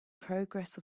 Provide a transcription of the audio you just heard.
progress